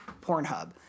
Pornhub